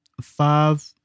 Five